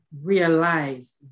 realize